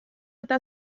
eta